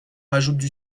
rajoutent